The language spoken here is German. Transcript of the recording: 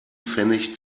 pfennig